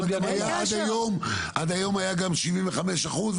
עד היום היה גם 75 אחוז,